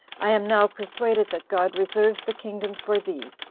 i am now persuaded that god reserves the kingdom for thee,